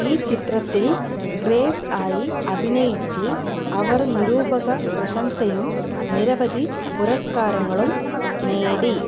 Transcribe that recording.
ഈ ചിത്രത്തിൽ ഗ്രേസ് ആയി അഭിനയിച്ച് അവർ നിരൂപക പ്രശംസയും നിരവധി പുരസ്കാരങ്ങളും നേടി